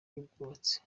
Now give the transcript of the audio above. y’ubwubatsi